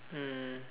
mm